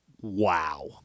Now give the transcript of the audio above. Wow